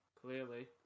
clearly